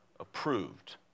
approved